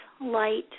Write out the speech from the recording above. light